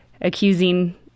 accusing